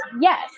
Yes